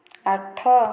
ଆଠ